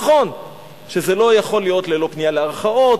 נכון שזה לא יכול להיות ללא פנייה לערכאות,